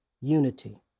unity